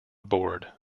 board